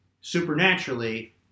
supernaturally